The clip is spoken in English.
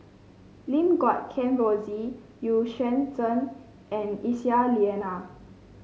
Lim Guat Kheng Rosie Yuan Zhen and Aisyah Lyana